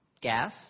gas